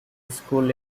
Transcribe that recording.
school